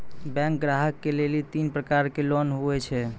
Bank ग्राहक के लेली तीन प्रकर के लोन हुए छै?